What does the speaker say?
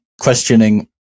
questioning